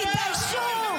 תתביישו.